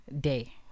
Day